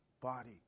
body